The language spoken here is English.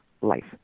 life